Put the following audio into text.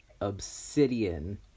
Obsidian